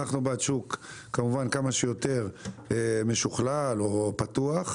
אנחנו בעד שוק, כמובן, כמה שיותר משוכלל או פתוח.